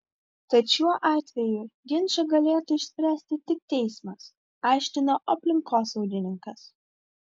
tad šiuo atveju ginčą galėtų išspręsti tik teismas aiškino aplinkosaugininkas